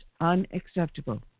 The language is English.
unacceptable